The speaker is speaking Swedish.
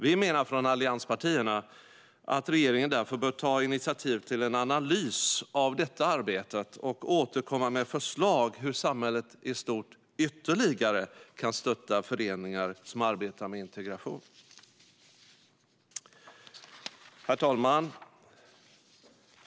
Vi menar från allianspartierna att regeringen därför bör ta initiativ till en analys av detta arbete och återkomma med förslag om hur samhället i stort ytterligare kan stötta föreningar som arbetar med integration. Herr talman!